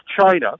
China